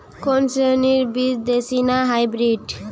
কোন শ্রেণীর বীজ দেশী না হাইব্রিড?